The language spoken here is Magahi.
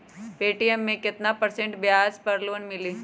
पे.टी.एम मे केतना परसेंट ब्याज पर लोन मिली?